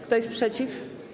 Kto jest przeciw?